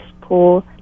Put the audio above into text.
pool